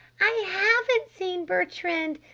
i haven't seen bertrand.